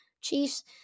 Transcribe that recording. Chiefs